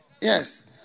yes